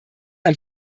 ein